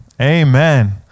Amen